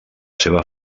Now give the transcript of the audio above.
seva